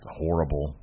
horrible